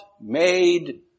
made